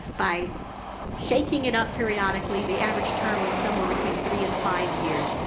by shaking it up periodically, the average term is somewhere between three and five years.